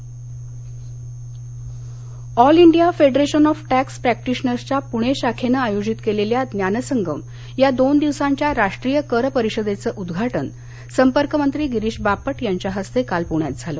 करपरिषद all India federation of tax प्रॅक्टिशनर्सच्या पुणे शाखेनं आयोजित केलेल्या ज्ञानसंगम या दोन दिवसांच्या राष्ट्रीय कर परिषदेचं उद्घाटन संपर्कमंत्री गिरीश बापट यांच्या हस्ते काल पुण्यायत झालं